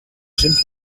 j’aime